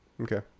Okay